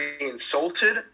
insulted